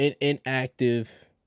inactive